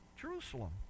Jerusalem